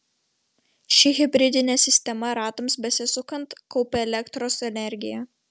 ši hibridinė sistema ratams besisukant kaupia elektros energiją